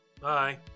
Bye